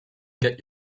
get